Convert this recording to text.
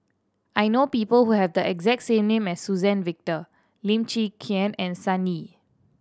I know people who have the exact name as Suzann Victor Lim Chwee Chian and Sun Yee